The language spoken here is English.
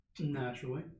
naturally